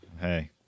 Hey